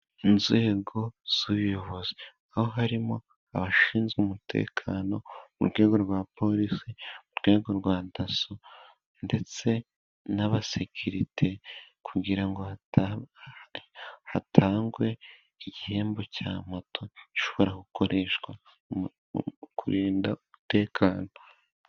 Inzego z'ubuyobozi, aho harimo abashinzwe umutekano mu rwego rwa porisi, urwego rwa daso ndetse n'abasekirite, kugira ngo hatangwe iki gihembo cya moto, gishobora gukoreshwa mu kurinda umutekano.